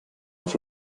auf